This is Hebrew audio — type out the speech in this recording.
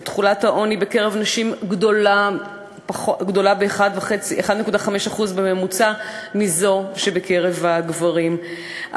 ותחולת העוני בקרב נשים גדולה ב-1.5% בממוצע מזו שבקרב הגברים,